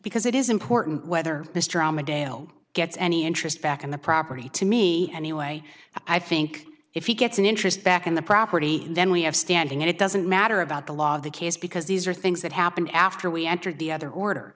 because it is important whether mr armadale gets any interest back in the property to me anyway i think if he gets an interest back in the property then we have standing and it doesn't matter about the law of the case because these are things that happened after we entered the other order